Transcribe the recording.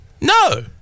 No